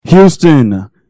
Houston